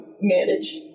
manage